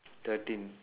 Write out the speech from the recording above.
thirteen